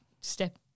step